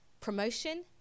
promotion